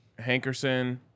Hankerson